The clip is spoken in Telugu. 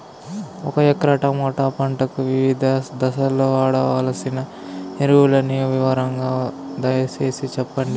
ఒక ఎకరా టమోటా పంటకు వివిధ దశల్లో వాడవలసిన ఎరువులని వివరంగా దయ సేసి చెప్పండి?